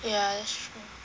ya that's true